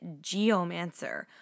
geomancer